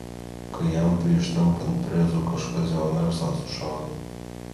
kai jam prieš tampant prezu kažkas jo mersą sušaudė